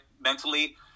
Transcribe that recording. mentally